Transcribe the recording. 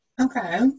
Okay